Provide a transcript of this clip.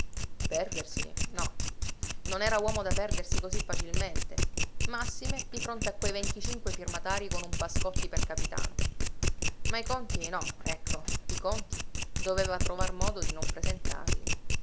perdersi no non era uomo da perdersi così facilmente massime di fronte a quei venticinque firmatarii con un pascotti per capitano ma i conti no ecco i conti doveva trovar modo di non presentarli